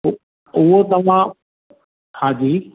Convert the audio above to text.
उहो उहो तव्हां हा जी